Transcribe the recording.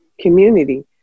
community